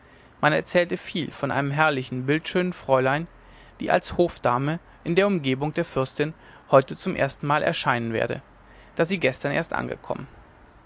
man erzählte viel von einem herrlichen bildschönen fräulein die als hofdame in der umgebung der fürstin heute zum erstenmal erscheinen werde da sie erst gestern angekommen